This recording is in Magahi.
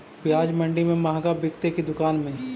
प्याज मंडि में मँहगा बिकते कि दुकान में?